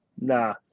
Nah